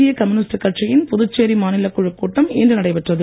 இந்திய கம்யூனிஸ்ட் கட்சியின் புதுச்சேரி மாநிலக் குழுக் கூட்டம் இன்று நடைபெற்றது